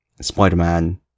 Spider-Man